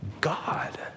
God